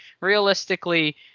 realistically